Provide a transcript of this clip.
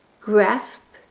grasp